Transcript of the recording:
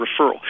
referral